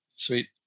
Sweet